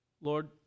Lord